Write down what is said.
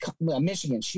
Michigan